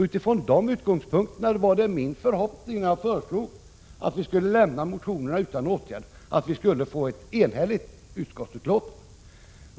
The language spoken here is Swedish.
Utifrån dessa utgångspunkter var det min förhoppning, när jag föreslog att man skulle lämna motionerna utan åtgärder, att vi skulle få ett enhälligt utskottsbetänkande.